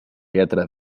lletra